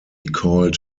called